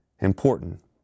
important